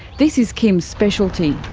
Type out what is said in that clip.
this is kim's specialty.